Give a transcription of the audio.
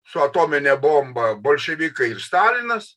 su atomine bomba bolševikai ir stalinas